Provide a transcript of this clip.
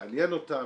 לעניין אותם,